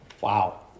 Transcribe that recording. Wow